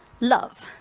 love